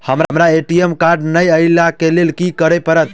हमरा ATM card नै अई लई केँ लेल की करऽ पड़त?